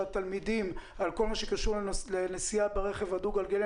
התלמידים בכל מה שקשור לנסיעה ברכב הדו-גלגלי.